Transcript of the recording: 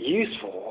useful